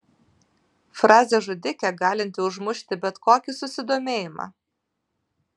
frazė žudikė galinti užmušti bet kokį susidomėjimą